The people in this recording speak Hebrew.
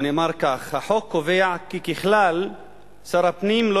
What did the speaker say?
או נאמר כך: החוק קובע כי ככלל שר הפנים לא